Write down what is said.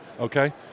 Okay